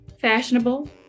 fashionable